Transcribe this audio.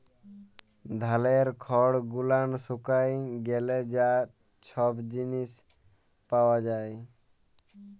ধালের খড় গুলান শুকায় গ্যালে যা ছব জিলিস পাওয়া যায়